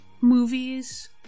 Movies